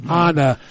honor